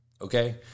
Okay